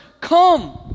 come